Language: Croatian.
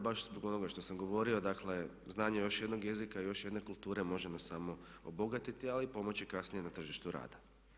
Baš zbog onoga što sam govorio, dakle znanje još jednog jezika, još jedne kulture može nas samo obogatiti ali i pomoći kasnije na tržištu rada.